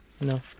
No